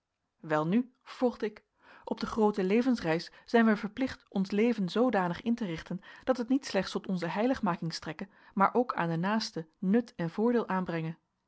welnu vervolgde ik op de groote levensreis zijn wij verplicht ons leven zoodanig in te richten dat het niet slechts tot onze heiligmaking strekke maar ook aan den naaste nut en voordeel aanbrenge